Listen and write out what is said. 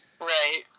Right